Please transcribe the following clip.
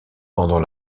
pendant